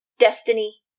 destiny